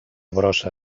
brossa